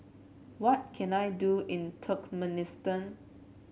what can I do in Turkmenistan